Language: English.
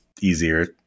easier